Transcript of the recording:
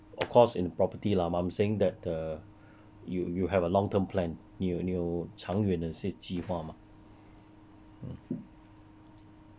you I'm not asking you whether you of course in property lah but I'm saying that err you you have a long term plan 你有你有长远的计划吗